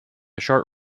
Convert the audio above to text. short